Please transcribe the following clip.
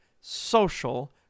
social